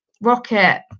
rocket